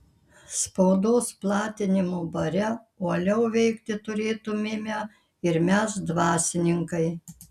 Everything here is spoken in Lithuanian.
spaudos platinimo bare uoliau veikti turėtumėme ir mes dvasininkai